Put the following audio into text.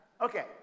Okay